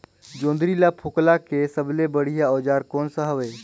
जोंदरी ला फोकला के सबले बढ़िया औजार कोन सा हवे?